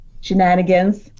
shenanigans